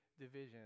division